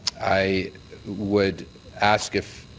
i would ask if